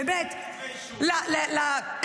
באמת -- שמונה כתבי אישום.